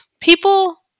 people